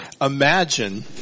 Imagine